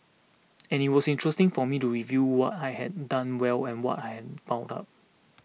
and it was interesting for me to review what I had done well and what I had fouled up